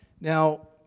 Now